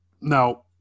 Now